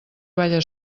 balla